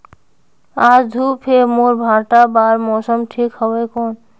आज धूप हे मोर भांटा बार मौसम ठीक हवय कौन?